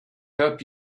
help